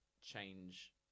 change